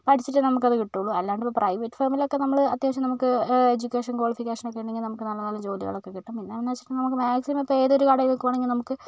പഠിച്ചിട്ടു നമുക്ക് അത് കിട്ടുകയുള്ളൂ അല്ലാണ്ട് ഇപ്പം പ്രൈവറ്റ് ഫേമിലൊക്കെ നമ്മൾ അത്യാവശ്യം നമുക്ക് എജ്യൂക്കേഷന് കോളിഫിക്കേഷന് ഒക്കെ ഉണ്ടെങ്കിൽ നമുക്ക് നല്ല നല്ല ജോലികളൊക്കെ കിട്ടും എന്താണെന്ന് വെച്ച് കഴിഞ്ഞാല് നമുക്ക് മാക്സിമം ഏതൊരു കടയിലേക്കും വേണമെങ്കിൽ നമുക്ക്